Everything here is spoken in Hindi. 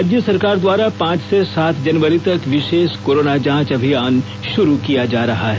राज्य सरकार द्वारा पांच से सात जनवरी तक विशेष कोरोना जांच अभियान शुरू किया जा रहा है